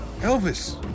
Elvis